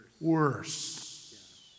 worse